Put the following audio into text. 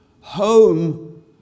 Home